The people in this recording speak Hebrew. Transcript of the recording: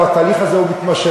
הלוא התהליך הזה הוא מתמשך.